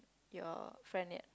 your friend yet